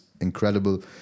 incredible